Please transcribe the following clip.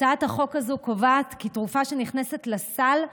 הצעת החוק הזו קובעת כי תרופה שנכנסת לסל,